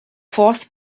fourth